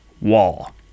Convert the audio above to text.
wall